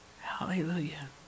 Hallelujah